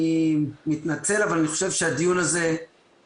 אני מתנצל אבל אני חושב שהדיון הזה יירשם